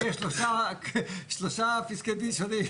כי יש לו שלושה פסקי דין שונים.